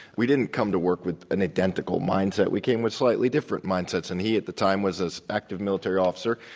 we didn't come to work with an identical mindset. we came with slightly different mindsets, and he at the time was an active military officer.